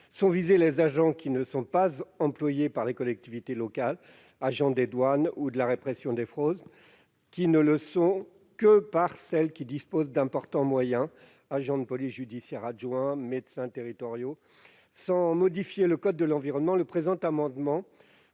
sont visés des agents qui ne sont pas employés par les collectivités locales- agents des douanes ou de la répression des fraudes -ou ne le sont que par celles qui disposent d'importants moyens- agents de police judiciaire adjoints ou encore médecins territoriaux. Sans modifier le code de l'environnement, le présent amendement